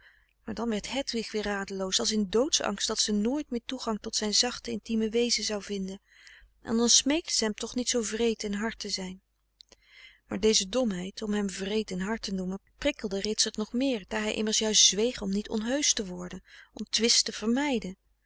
maar dan werd hedwig weer radeloos als in doodsangst dat ze nooit meer toegang tot zijn zachte intieme wezen zou vinden en dan smeekte ze hem toch niet zoo wreed en hard te zijn maar deze domheid om hem wreed en hard te noemen prikkelde ritsert nog meer daar hij immers juist zweeg om niet onheusch te worden om twist te vermijden